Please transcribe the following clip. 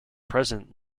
present